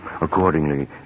Accordingly